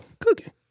Cooking